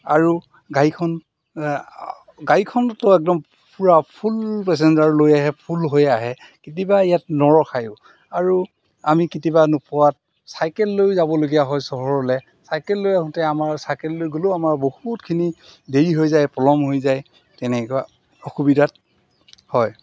আৰু গাড়ীখন গাড়ীখনতো একদম পূৰা ফুল পেচেঞ্জাৰ লৈ আহে ফুল হৈয়ে আহে কেতিয়াবা ইয়াত নৰখায়ো আৰু আমি কেতিয়াবা নোপোৱাত চাইকেল লৈও যাবলগীয়া হয় চহৰলৈ চাইকেল লৈ আহোঁতে আমাৰ চাইকেল লৈ গ'লেও আমাৰ বহুতখিনি দেৰি হৈ যায় পলম হৈ যায় তেনেকুৱা অসুবিধাত হয়